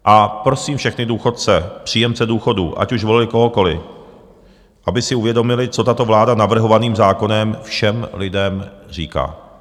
A prosím všechny důchodce, příjemce důchodů, ať už volili kohokoliv, aby si uvědomili, co tato vláda navrhovaným zákonem všem lidem říká.